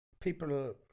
people